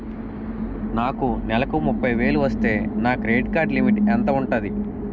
నాకు నెలకు ముప్పై వేలు వస్తే నా క్రెడిట్ కార్డ్ లిమిట్ ఎంత ఉంటాది?